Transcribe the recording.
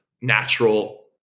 natural